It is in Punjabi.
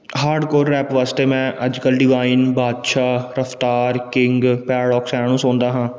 ਹਾਰਡਕੋਰ ਰੈਪ ਵਾਸਤੇ ਮੈਂ ਅੱਜ ਕੱਲ੍ਹ ਡਿਵਾਈਨ ਬਾਦਸ਼ਾਹ ਰਫਤਾਰ ਕਿੰਗ ਪੈਰਾਡੋਕਸ ਸਾਰਿਆਂ ਨੂੰ ਸੁਣਦਾ ਹਾਂ